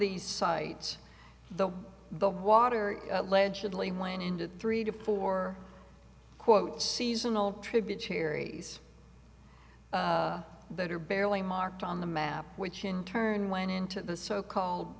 these sites the the water allegedly went into three to four quote seasonal tributaries that are barely marked on the map which in turn went into the so called